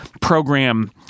program